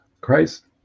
christ